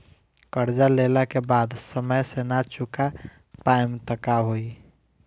कर्जा लेला के बाद समय से ना चुका पाएम त का होई?